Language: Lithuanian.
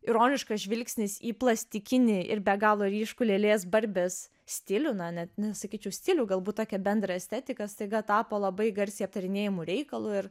ironiškas žvilgsnis į plastikinį ir be galo ryškų lėlės barbės stilių na net nesakyčiau stilių galbūt tokia bendra estetika staiga tapo labai garsiai aptarinėjamu reikalu ir